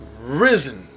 Risen